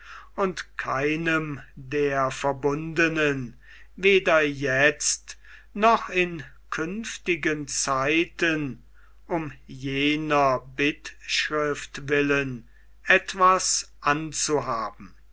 und keinem der verbundenen weder jetzt noch in künftigen zeiten um jener bittschrift willen etwas anzuhaben